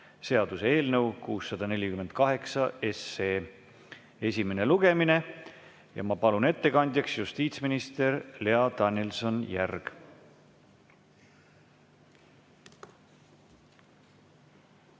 seaduse eelnõu 648 esimene lugemine. Ja ma palun ettekandjaks justiitsminister Lea Danilson-Järgi.